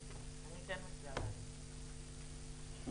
אני אומר לכם מה הרציונל: ועדת הכלכלה היא ועדה לא ספרתי,